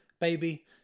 baby